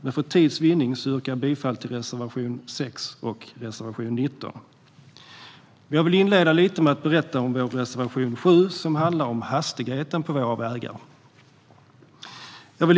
Men för tids vinnande yrkar jag bifall endast till reservationerna 6 och 19. Jag vill inleda med att berätta om vår reservation 7, som handlar om hastigheterna på våra vägar.